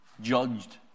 judged